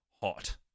hot